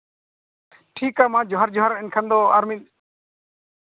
ᱴᱷᱤᱠᱼᱟ ᱢᱟ ᱡᱚᱦᱟᱨ ᱡᱚᱦᱟᱨ ᱮᱱᱠᱷᱟᱱ ᱫᱚ ᱟᱨ ᱢᱤᱫ